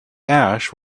ash